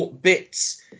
bits